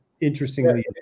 interestingly